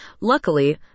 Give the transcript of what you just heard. Luckily